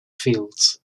fields